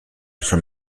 from